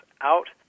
out